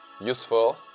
useful